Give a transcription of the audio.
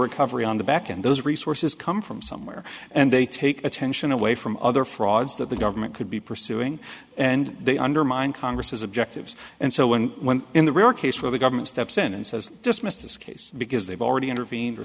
recovery on the back and those resources come from somewhere and they take attention away from other frauds that the government could be pursuing and they undermine congress's objectives and so when when in the rare case where the government steps in and says dismissed this case because they've already intervened or